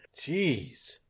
Jeez